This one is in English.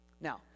Now